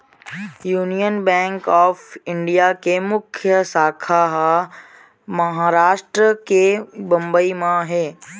union Bank of India के मुख्य साखा ह महारास्ट के बंबई म हे